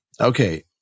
Okay